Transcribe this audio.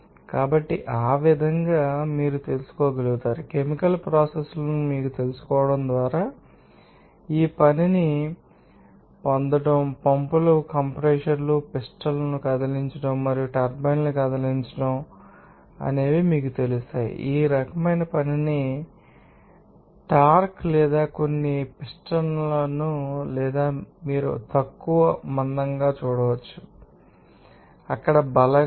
కాబట్టి ఆ విధంగా మీరు తెలుసుకోగలుగుతారు కెమికల్ ప్రోసెస్ లను మీకు తెలుసుకోవడం ద్వారా ఈ పనిని పొందండి పంపులు కంప్రెషర్లు పిస్టన్లను కదిలించడం మరియు టర్బైన్లను కదిలించడం మీకు తెలుసు మరియు మీకు తెలిసిన ఈ రకమైన పనిని మీరు తెలుసుకోవచ్చు టార్క్ లేదా కొన్ని పిస్టన్లు లేదా మీరు తక్కువ మందంగా చూడవచ్చు మీకు తెలుసా అక్కడ బలగాలు